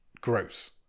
gross